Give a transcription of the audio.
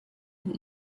und